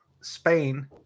Spain